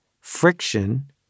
Friction